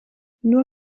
nur